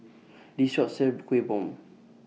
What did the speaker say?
This Shop sells Kueh Bom